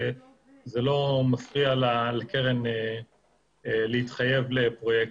וזה לא מפריע לקרן להתחייב לפרויקטים.